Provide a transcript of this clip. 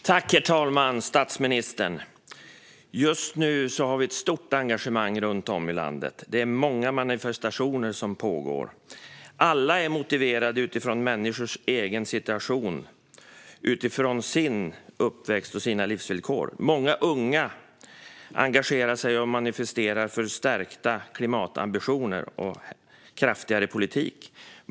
Herr talman! Statsministern! Just nu har vi ett stort engagemang runt om i landet. Det är många manifestationer som pågår. Alla människor är motiverade utifrån sin egen situation, utifrån sin uppväxt och sina livsvillkor. Många unga engagerar sig och manifesterar för stärkta klimatambitioner och kraftigare politik.